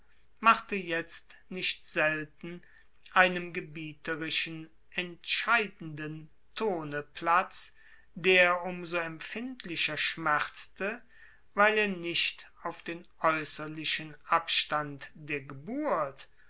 machte jetzt nicht selten einem gebieterischen entscheidenden tone platz der um so empfindlicher schmerzte weil er nicht auf den äußerlichen abstand der geburt